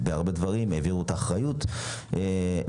בהרבה דברים העבירו את האחריות ליבואן,